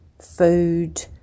food